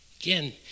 Again